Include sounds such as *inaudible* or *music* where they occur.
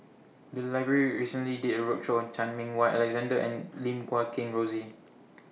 The Library recently did A roadshow on Chan Meng Wah Alexander and Lim Guat Kheng Rosie *noise*